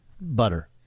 butter